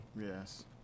Yes